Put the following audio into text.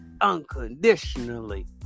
unconditionally